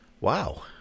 Wow